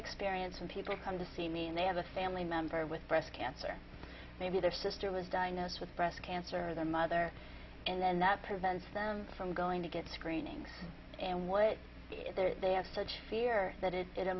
experience and people come to see me and they have a family member with breast cancer or maybe their sister was diagnosed with breast cancer or their mother and then that prevents them from going to get screenings and what they have such fear that is it